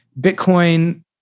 Bitcoin